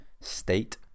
state